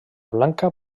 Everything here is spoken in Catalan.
blanca